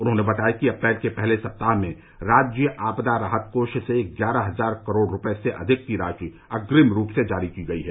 उन्होंने बताया कि अप्रैल के पहले सप्ताह में राज्य आपदा राहत कोष से ग्यारह हजार करोड़ रुपये से अधिक की राशि अग्रिम रूप से जारी की गई है